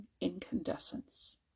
incandescence